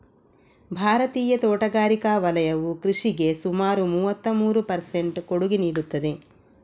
ಭಾರತೀಯ ತೋಟಗಾರಿಕಾ ವಲಯವು ಕೃಷಿಗೆ ಸುಮಾರು ಮೂವತ್ತಮೂರು ಪರ್ ಸೆಂಟ್ ಕೊಡುಗೆ ನೀಡುತ್ತದೆ